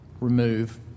remove